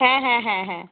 হ্যাঁ হ্যাঁ হ্যাঁ হ্যাঁ